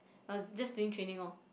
I was just doing training orh